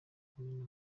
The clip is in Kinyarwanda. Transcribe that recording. kumena